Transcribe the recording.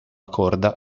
corda